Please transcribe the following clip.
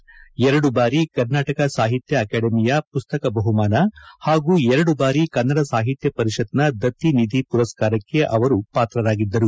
ಅವರು ಎರಡು ಬಾರಿ ಕರ್ನಾಟಕ ಸಾಹಿತ್ಯ ಅಕಾಡೆಮಿಯ ಮಸ್ತಕ ಬಹುಮಾನ ಹಾಗೂ ಎರಡು ಬಾರಿ ಕನ್ನಡ ಸಾಹಿತ್ಯ ಪರಿಷತ್ತಿನ ದತ್ತಿನಿಧಿ ಮರಸ್ಕಾರಕ್ಕೆ ಪಾತ್ರರಾಗಿದ್ದರು